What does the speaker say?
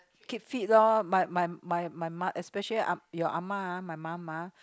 keep fit loh but my my my mum especially uh your ah-ma ah my mum ah